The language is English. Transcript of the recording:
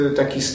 taki